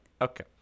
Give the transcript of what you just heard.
Okay